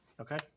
Okay